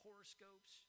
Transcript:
horoscopes